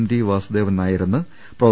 T Vasudevan നായരെന്ന് prof